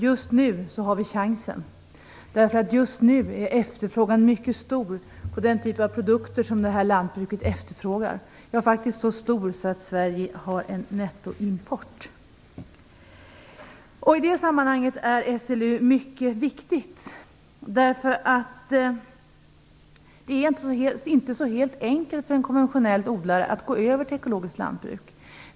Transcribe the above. Just nu har vi chansen. Just nu är efterfrågan mycket stor på den typ av produkter som det lantbruket ger. Den är så stor att vi Sverige har en nettoimport. I det sammanhanget är SLU mycket viktigt. Det är inte alldeles enkelt för en konventionell odlare att gå över till ekologiskt lantbruk.